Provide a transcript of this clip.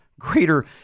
greater